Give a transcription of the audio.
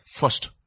First